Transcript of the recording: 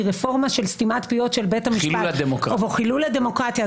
רפורמה של סתימת פיות של בית המשפט או חילול הדמוקרטיה.